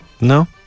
No